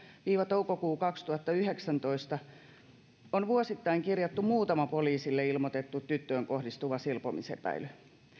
toukokuu kaksituhattayhdeksäntoista on vuosittain kirjattu muutama poliisille ilmoitettu tyttöön kohdistuva silpomisepäily